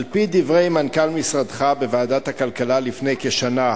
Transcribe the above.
על-פי דברי מנכ"ל משרדך בוועדת הכלכלה לפני כשנה,